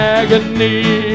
agony